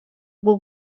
bwo